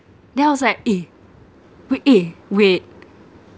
then I was like eh wait eh wait